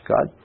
God